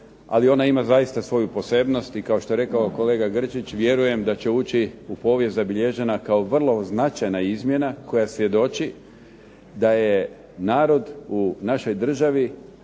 ali ona ima zaista svoju posebnost i kao što je rekao kolega Grčić vjerujem da će ući u povijest zabilježena kao vrlo značajna izmjena koja svjedoči da je narod u našoj državi,